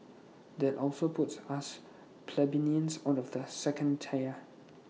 that also puts us plebeians out of the second tier